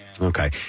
Okay